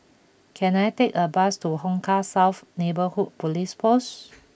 can I take a bus to Hong Kah South Neighbourhood Police Post